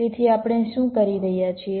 તેથી આપણે શું કરી રહ્યા છીએ